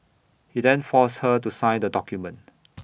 he then forced her to sign the document